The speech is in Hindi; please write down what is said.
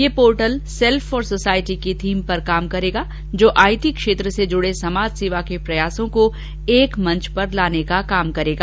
यह पोर्टल सेल्फ फॉर सोसायटी की थीम पर काम करेगा जो आईटी क्षेत्र से जुडे समाज सेवा के प्रयासों को एक मंच पर लाने का काम करेगा